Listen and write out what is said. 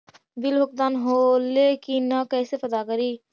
Bill भुगतान होले की न कैसे पता करी?